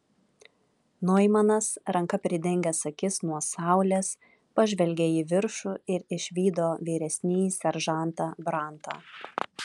noimanas ranka pridengęs akis nuo saulės pažvelgė į viršų ir išvydo vyresnįjį seržantą brantą